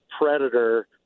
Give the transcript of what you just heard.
predator